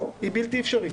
זה בלתי אפשרי,